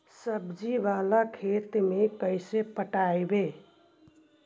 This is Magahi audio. सब्जी बाला खेत के कैसे पटइबै?